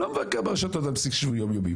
לא מבקר ברשתות על בסיס שבועי יום יומי.